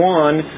one